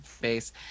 base